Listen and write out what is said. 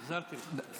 החזרתי לך.